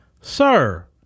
Sir